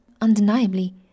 Undeniably